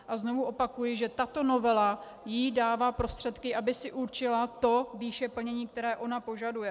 A znovu opakuji, že tato novela jí dává prostředky, aby si určila tu výši plnění, kterou ona požaduje.